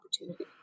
opportunity